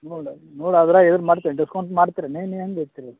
ನೋಡಿ ನೋಡಿ ಅದ್ರಾಗೇನು ಮಾಡ್ತೀರಿ ಡಿಸ್ಕೌಂಟ್ ಮಾಡ್ತೀರೇನು ನೀವು ಹೆಂಗೆ ಹೇಳ್ತೀರಿ